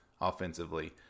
offensively